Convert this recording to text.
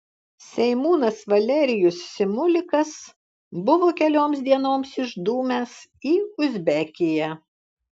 seimūnas valerijus simulikas buvo kelioms dienoms išdūmęs į uzbekiją